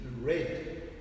red